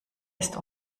ist